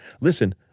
Listen